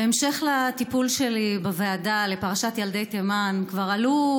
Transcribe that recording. בהמשך לטיפול שלי בוועדה לפרשת ילדי תימן כבר עלו,